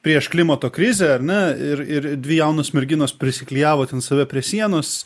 prieš klimato krizę ar ne ir ir dvi jaunos merginos prisiklijavo ten save prie sienos